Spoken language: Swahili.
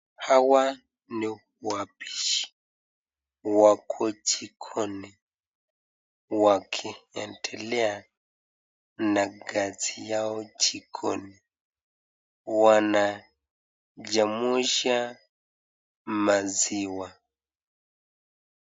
Hawa ni wapishi wako jikoni wakiendelea na kazi yao jikoni, wanachemsha maziwa.